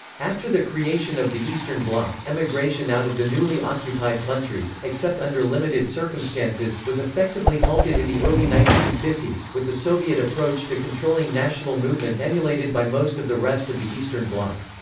after the creation of the eastern bloc, emigration out of the newly occupied countries, except under limited circumstances, was effectively halted in the early nineteen fifty s, with the soviet approach to controlling national movement emulated by most of the rest of the eastern bloc.